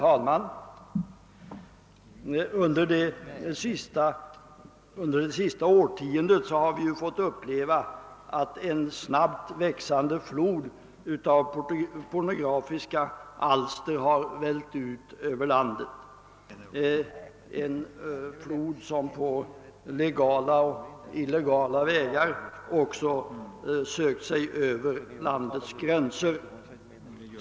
Herr talman! Under det senaste årtiondet har vi fått uppleva att en snabbt växande flod av pornografiska alster har vällt ut över vårt land — en flod som på legala och illegala vägar också sökt sig över landets gränser.